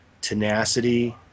tenacity